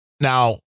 Now